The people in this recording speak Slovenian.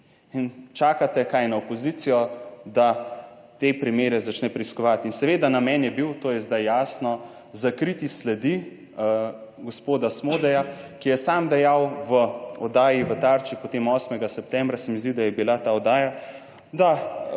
in čakate. Kaj na opozicijo, da te primere začne preiskovati? Seveda namen je bil, to je sedaj jasno, zakriti sledi gospoda Smodeja, ki je sam dejal v oddaji v Tarči, potem 8. septembra, se mi zdi, da je bila ta oddaja, da ga